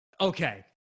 Okay